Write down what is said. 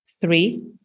three